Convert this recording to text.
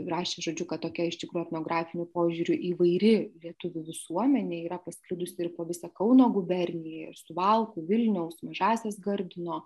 rašė žodžiu kad tokia iš tikro etnografiniu požiūriu įvairi lietuvių visuomenė yra pasklidusi ir po visą kauno guberniją ir suvalkų vilniaus mažąsias gardino